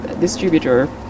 distributor